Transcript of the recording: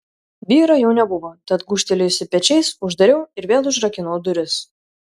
vyro jau nebuvo tad gūžtelėjusi pečiais uždariau ir vėl užrakinau duris